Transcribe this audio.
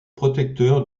protecteur